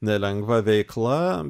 nelengva veikla